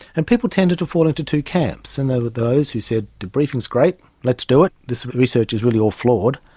and people tended to fall into two camps. and there were those that said debriefing's great let's do it, this research is really all flawed,